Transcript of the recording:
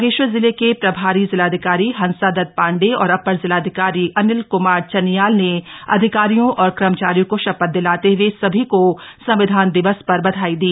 बागेष्वर जिले के प्रभारी जिलाधिकारी हंसादत पांडे और अपर जिलाधिकारी अनिल कुमार चनियाल ने अधिकारियों और कर्मचारियों को शपथ दिलाते हए सभी को संविधान दिवस पर बधाई दी